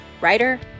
writer